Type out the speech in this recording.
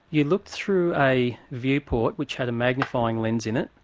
you looked through a view port, which had a magnifying lens in it,